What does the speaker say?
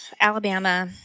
Alabama